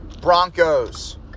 Broncos